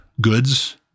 goods